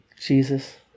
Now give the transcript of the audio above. Jesus